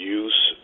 use